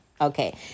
Okay